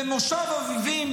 במושב אביבים?